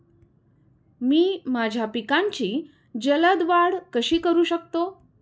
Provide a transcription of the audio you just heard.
मी माझ्या पिकांची जलद वाढ कशी करू शकतो?